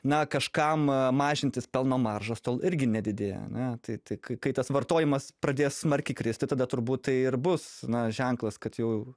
na kažkam mažintis pelno maržas tol irgi nedidėja aa tai tai kai tas vartojimas pradės smarkiai kristi tada turbūt tai ir bus na ženklas kad jau